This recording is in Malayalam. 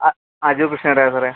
ആ അജു കൃഷ്ണയുടെയാണ് സാറെ